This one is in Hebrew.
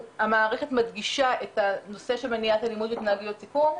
המערכת מדגישה את הנושא של מניעת אלימות והתנהגויות סיכון,